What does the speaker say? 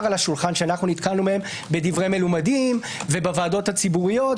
על השולחן שנתקלנו בהם בדברי מלומדים ובוועדות הציבוריות.